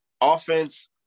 offense